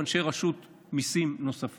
ייקח זמן עד שיגייסו אנשי רשות מיסים נוספים,